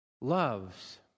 loves